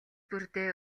бүрдээ